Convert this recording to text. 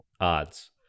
odds